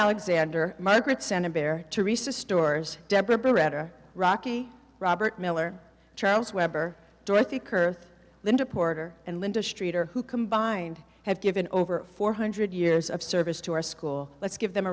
alexander my great santa bear to research stores deborah beretta rocky robert miller charles weber dorothy kerr linda porter and linda streeter who combined have given over four hundred years of service to our school let's give them